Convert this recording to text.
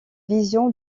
vision